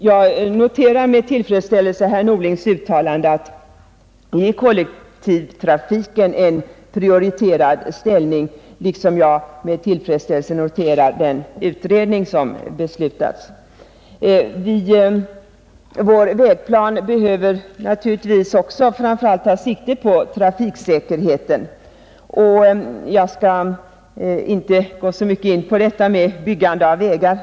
Jag noterar med tillfredsställelse herr Norlings uttalande om att ge kollektivtrafiken en prioriterad ställning liksom jag med tillfredsställelse noterar den utredning som har beslutats. Vår vägplan måste naturligtvis framför allt ta sikte på trafiksäkerheten. Jag skall inte gå så mycket in på detta med byggandet av vägar.